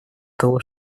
того